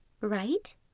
Right